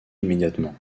immédiatement